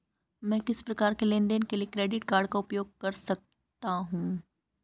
मैं किस प्रकार के लेनदेन के लिए क्रेडिट कार्ड का उपयोग कर सकता हूं?